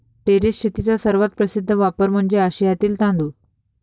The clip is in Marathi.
टेरेस शेतीचा सर्वात प्रसिद्ध वापर म्हणजे आशियातील तांदूळ